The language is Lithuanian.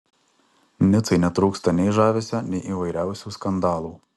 nicai netrūksta nei žavesio nei įvairiausių skandalų